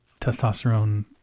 Testosterone